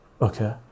okay